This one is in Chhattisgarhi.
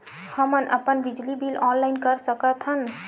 हमन अपन बिजली बिल ऑनलाइन कर सकत हन?